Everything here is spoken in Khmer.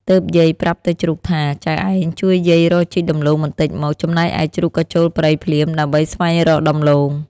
ទើបយាយប្រាប់ទៅជ្រូកថា ចៅឯងជួយយាយរកជីកដំឡូងបន្ដិចមក ចំណែកឯជ្រូកក៏ចូលព្រៃភ្លាម ដើម្បីស្វែងរកដំឡូង។